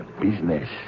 Business